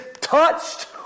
touched